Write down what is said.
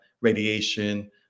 radiation